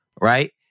Right